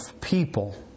people